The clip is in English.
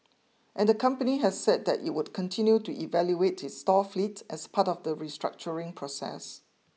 and the company has said that it would continue to evaluate its store fleet as part of the restructuring process